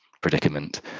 predicament